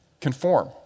conform